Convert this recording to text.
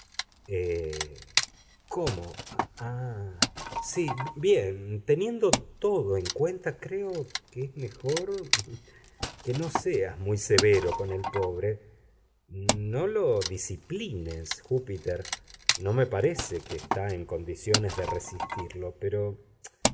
cómo ah sí bien teniendo todo en cuenta creo que es mejor que no seas muy severo con el pobre no lo disciplines júpiter no me parece que está en condiciones de resistirlo pero